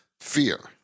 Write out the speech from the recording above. fear